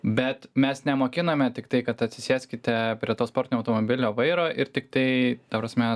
bet mes nemokiname tiktai kad atsisėskite prie to sportinio automobilio vairo ir tiktai ta prasme